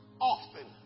often